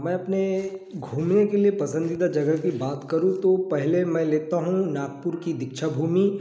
मैं अपने घूमने के लिए पसंदीदा जगह की बात करूँ तो पहले मैं लेता हूँ नागपुर की दीक्षाभूमि